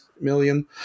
Million